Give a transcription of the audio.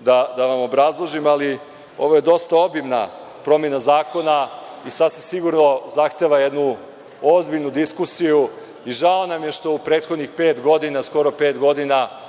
da vam obrazložim, ali ovo je dosta obimna promena zakona i sasvim sigurno zahteva jednu ozbiljnu diskusiju i žao nam je što u prethodnih pet godina, skoro pet godina,